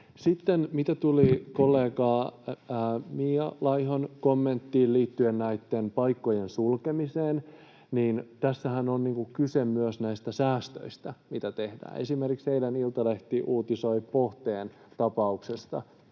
Sitten mitä tuli kollega Mia Laihon kommenttiin liittyen näitten paikkojen sulkemiseen, niin tässähän on kyse myös näistä säästöistä, mitä tehdään. Esimerkiksi eilen Iltalehti uutisoi Pohteen tapauksesta,